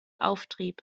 auftrieb